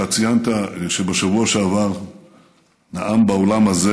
אתה ציינת שבשבוע שעבר נאם באולם הזה